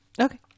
Okay